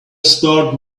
start